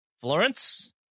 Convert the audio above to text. Florence